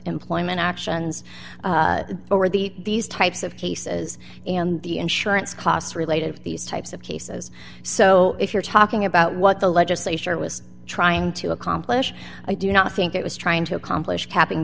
employment actions over the types of cases and the insurance costs related to these types of cases so if you're talking about what the legislature was trying to accomplish i do not think it was trying to accomplish capping